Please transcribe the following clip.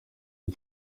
y’i